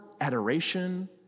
adoration